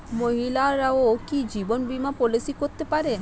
মহিলারাও কি জীবন বীমা পলিসি করতে পারে?